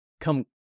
come